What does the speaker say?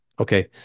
Okay